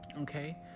Okay